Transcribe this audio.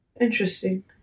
Interesting